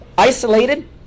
isolated